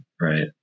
right